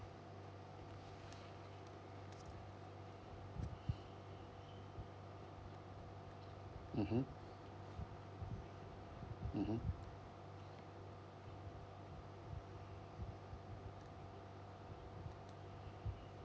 mmhmm mmhmm